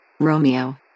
Romeo